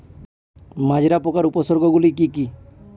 মাজরা পোকার উপসর্গগুলি কি কি?